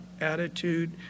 attitude